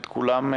את כולם,